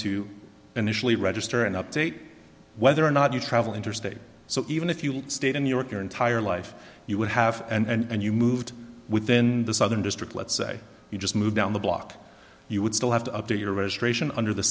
to initially register and update whether or not you travel interstate so even if you stayed in new york your entire life you would have and you moved within the southern district let's say you just moved down the block you would still have to update your registration under the